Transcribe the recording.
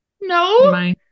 no